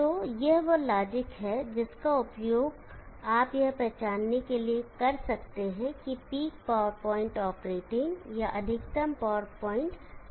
तो यह वह लॉजिक है जिसका उपयोग आप यह पहचानने के लिए कर सकते हैं कि पीक पावर ऑपरेटिंग या अधिकतम पावर पॉइंट कहाँ ठहरता है